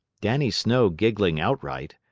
dannie snow giggling outright,